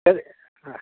तद् हा